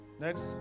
Next